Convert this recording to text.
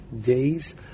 days